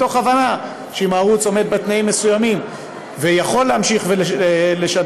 מתוך הבנה שאם ערוץ עומד בתנאים מסוימים ויכול להמשיך ולשדר,